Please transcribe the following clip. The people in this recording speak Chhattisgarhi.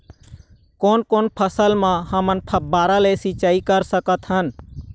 कोन कोन फसल म हमन फव्वारा ले सिचाई कर सकत हन?